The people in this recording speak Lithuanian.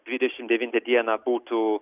dvidešim devintą dieną būtų